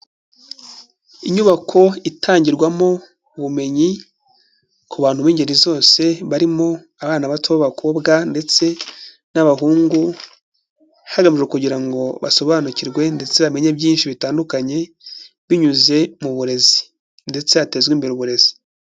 Inyubako itangirwamo ubumenyi ku bantu b'ingeri zose barimo abana bato b'abakobwa ndetse n'abahungu hagamijwe kugira ngo basobanukirwe ndetse bamenye byinshi bitandukanye, binyuze mu burezi ndetse hatezwe imbere uburezi.